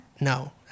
No